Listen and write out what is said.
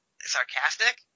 sarcastic